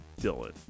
Dylan